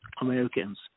Americans